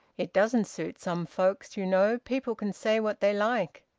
it doesn't suit some folks, you know people can say what they like.